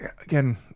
again